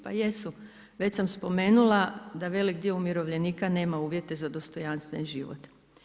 Pa jesu, već sam spomenula da velik dio umirovljenika nema uvjete za dostojanstven život.